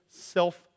self